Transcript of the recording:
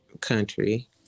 country